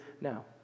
now